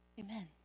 Amen